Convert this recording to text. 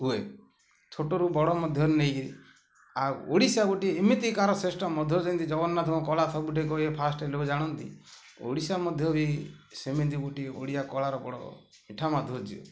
ହୁଏ ଛୋଟରୁ ବଡ଼ ମଧ୍ୟରେ ନେଇକି ଆଉ ଓଡ଼ିଶା ଗୋଟିଏ ଏମିତିକାର ଶ୍ରେଷ୍ଠ ମଧ୍ୟ ସେମିତି ଜଗନ୍ନାଥଙ୍କ କଳା ସବୁଠିକି ଫାର୍ଷ୍ଟ୍ ହେଲାକେ ଜାଣନ୍ତି ଓଡ଼ିଶା ମଧ୍ୟ ବି ସେମିତି ଗୋଟିଏ ଓଡ଼ିଆ କଳାର ବଡ଼ ମିଠା ମାଧୁର୍ଯ୍ୟ